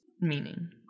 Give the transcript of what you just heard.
Meaning